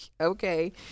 Okay